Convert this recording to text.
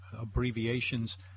abbreviations